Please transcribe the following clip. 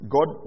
God